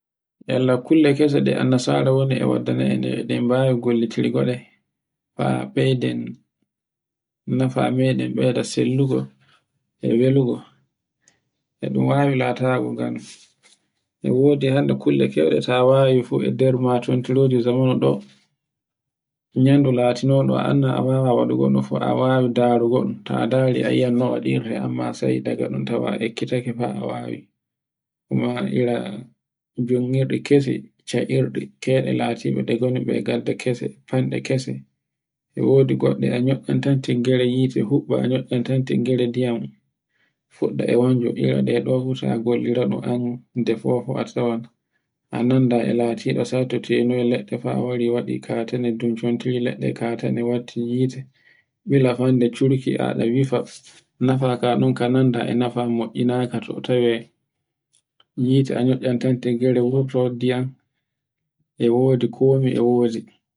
Yalla kule kese ɗe annasara woni e waddanai e ɗe bawi gollitirgo ɗe, fa beyden nafa meɗen beyda sillugo e welugo. E ɗu wawi latango ngan e wodi hande kulle kewɗe ta wawi fu e nder matontiroji zamanu ɗo nyandu latunogo a anndu a wawa waɗugo no fu a wawi, ndarugoɗum. ta ndari a yiyaino waɗirte, amma sai daga ɗun tawa ekkitake fa a wawi kuma ira jungirɗe kesi, ca'irɗe keyɗe latiɗi, ɗe goni ɗe be ngadda kese fanɗe kese. E wodi goɗɗe a nyo'antanta gare hite hubba, nyoaante gere ndiyam, fuɗɗa e wanjo ira ɗe ɗe fu ta golliraɗum an nde fofo a tawan a nanda e latiɗo sai to tenoy leɗɗe fa wari waɗai katane ɗuncontiri leɗɗe katane watti hite, bila fande churki a ɗa yifa nafa ka ɗon ka nanda e nafa mo'inaka to tawe hite a nyoantatante teggere wurto diyam e wodi komi e wodi.